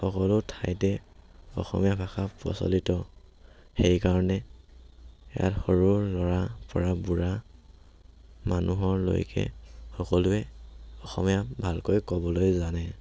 সকলো ঠাইতে অসমীয়া ভাষা প্ৰচলিত সেইকাৰণে ইয়াত সৰু ল'ৰাৰ পৰা বুঢ়া মানুহলৈকে সকলোৱে অসমীয়া ভালকৈ ক'বলৈ জানে